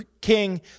king